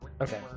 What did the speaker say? Okay